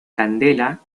candela